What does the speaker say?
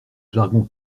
jargon